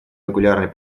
регулярной